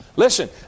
Listen